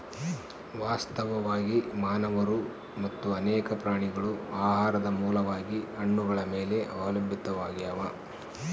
ವಾಸ್ತವವಾಗಿ ಮಾನವರು ಮತ್ತು ಅನೇಕ ಪ್ರಾಣಿಗಳು ಆಹಾರದ ಮೂಲವಾಗಿ ಹಣ್ಣುಗಳ ಮೇಲೆ ಅವಲಂಬಿತಾವಾಗ್ಯಾವ